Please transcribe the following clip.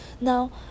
now